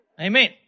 Amen